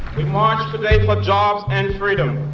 we march today for jobs and freedom.